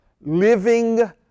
living